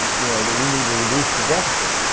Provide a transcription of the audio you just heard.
you know that we need to reduce the deficit.